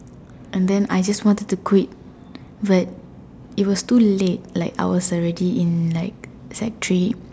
and then I just want to quit but it was too late like I was already in like sec three